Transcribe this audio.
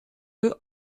deux